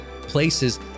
places